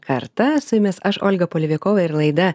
kartą su jumis aš olga polevikova ir laida